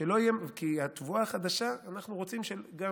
כי התבואה החדשה, אנחנו רוצים שגם